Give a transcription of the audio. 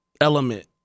element